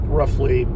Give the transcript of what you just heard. roughly